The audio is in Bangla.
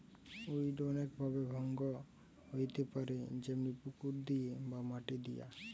উইড অনেক ভাবে ভঙ্গ হইতে পারে যেমনি পুকুর দিয়ে বা মাটি দিয়া